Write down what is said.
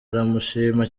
aramushima